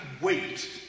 wait